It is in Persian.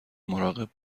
مراقب